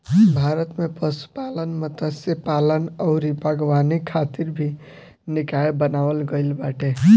भारत में पशुपालन, मत्स्यपालन अउरी बागवानी खातिर भी निकाय बनावल गईल बाटे